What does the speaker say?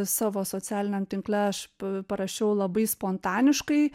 savo socialiniam tinkle aš parašiau labai spontaniškai